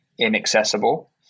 inaccessible